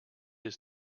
his